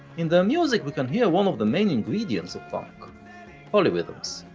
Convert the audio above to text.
in their music we can hear one of the main ingredients of funk polyrhythms.